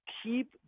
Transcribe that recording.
keep